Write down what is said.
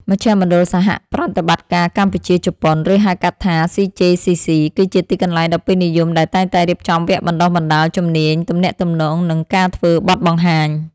មជ្ឈមណ្ឌលសហប្រតិបត្តិការកម្ពុជា-ជប៉ុន ឬហៅកាត់ថា ស៊ី-ជេ-ស៊ី-ស៊ី គឺជាទីកន្លែងដ៏ពេញនិយមដែលតែងតែរៀបចំវគ្គបណ្ដុះបណ្ដាលជំនាញទំនាក់ទំនង និងការធ្វើបទបង្ហាញ។